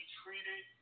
treated